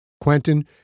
Quentin